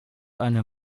eine